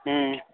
हुँ